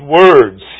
words